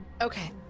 Okay